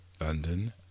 London